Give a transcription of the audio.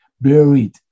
buried